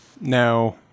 Now